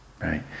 right